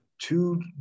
two